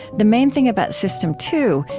the main thing about system two,